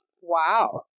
wow